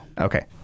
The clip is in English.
Okay